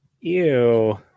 Ew